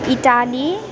Italy